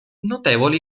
notevoli